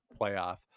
playoff